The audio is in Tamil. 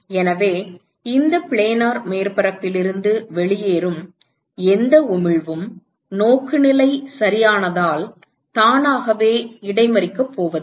எனவே இந்த பிளானர் மேற்பரப்பில் இருந்து வெளியேறும் எந்த உமிழ்வும் நோக்குநிலை சரியானதால் தானாகவே இடைமறிக்கப் போவதில்லை